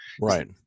Right